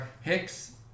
Hicks